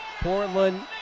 Portland